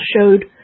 Showed